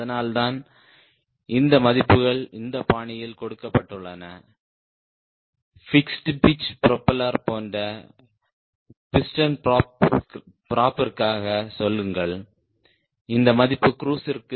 அதனால்தான் இந்த மதிப்புகள் இந்த பாணியில் கொடுக்கப்பட்டுள்ளன பிக்ஸ்ட் பிட்ச் ப்ரொபல்லர் போன்ற பிஸ்டன் ப்ராப்பிற்காக சொல்லுங்கள் இந்த மதிப்பு க்ரூஸிற்கு 0